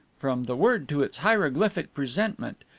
from the word to its hieroglyphic presentment,